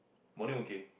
morning okay